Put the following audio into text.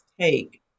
take